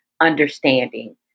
understanding